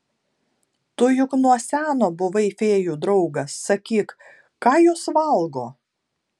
tu juk nuo seno buvai fėjų draugas sakyk ką jos valgo